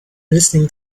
listening